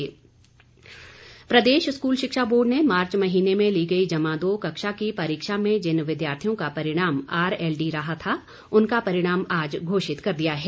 शिक्षा बोर्ड प्रदेश स्कूल शिक्षा बोर्ड ने मार्च महीने में ली गई जमा दो कक्षा की परीक्षा में जिन विद्यार्थियों का परिणाम आरएलडी रहा था उनका परिणाम आज घोषित कर दिया है